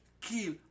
kill